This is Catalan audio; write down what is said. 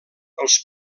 els